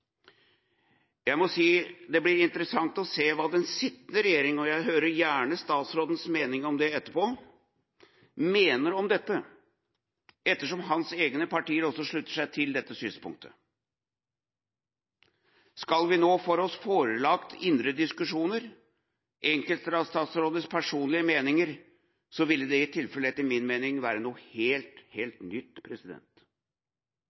Jeg må si det blir interessant å se hva den sittende regjering – og jeg hører gjerne statsrådens mening om det etterpå – mener om dette, ettersom hans eget parti også slutter seg til dette synspunktet. Hvis vi nå skal få oss forelagt indre diskusjoner, enkeltstatsråders personlig meninger, ville det i tilfelle – etter min mening – være noe helt